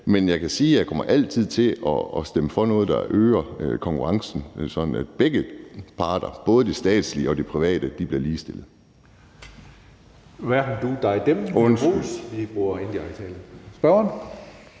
Men jeg kan sige, at jeg altid kommer til at stemme for noget, der øger konkurrencen, sådan at begge parter, både de statslige og de private, bliver ligestillet. Kl. 14:48 Tredje næstformand (Karsten Hønge):